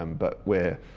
um but we're.